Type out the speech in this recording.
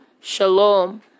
Shalom